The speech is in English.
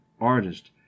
artist